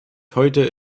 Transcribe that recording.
heute